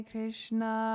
Krishna